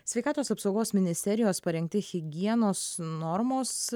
sveikatos apsaugos ministerijos parengti higienos normos